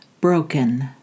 broken